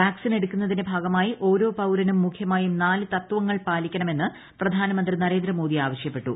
vaccine എടുക്കുന്നതിന്റെ ഭാഗമായി ഓരോ പൌരനും മുഖ്യമായും നാല് തത്വങ്ങൾ പാലിക്കണമെന്ന് പ്രധാനമന്ത്രി നരേന്ദ്രമോദി ആവശ്യപ്പെട്ടു